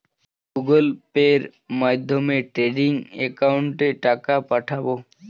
Google Pay মাধ্যমে trading একাউন্টে টাকা পাঠাবো?